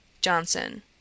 Johnson